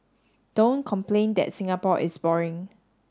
don't complain that Singapore is boring